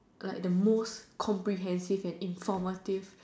like the most comprehensive and informative